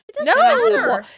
No